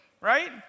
Right